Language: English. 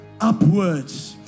upwards